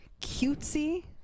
cutesy